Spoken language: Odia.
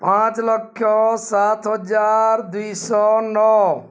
ପାଞ୍ଚ ଲକ୍ଷ ସାତ ହଜାର ଦୁଇ ଶହ ନଅ